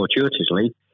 fortuitously